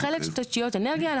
בחלק של תשתיות אנרגיה,